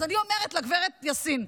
אז אני אומרת לגב' יאסין: